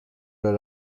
the